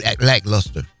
lackluster